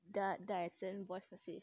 then then I sent voice message